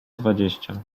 dwadzieścia